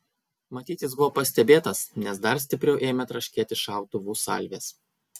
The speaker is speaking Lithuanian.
matyt jis buvo pastebėtas nes dar stipriau ėmė traškėti šautuvų salvės